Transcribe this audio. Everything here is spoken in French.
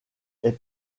est